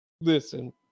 Listen